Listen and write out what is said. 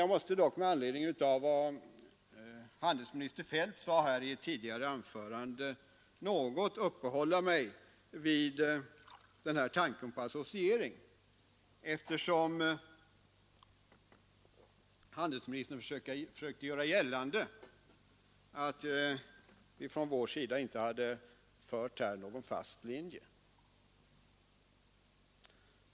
Jag måste dock med anledning av vad handelsminister Feldt sade här i ett tidigare anförande något uppehålla mig vid tanken på associering, eftersom handelsministern försökte göra gällande att vi från vår sida inte hade hållit någon fast linje.